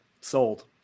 sold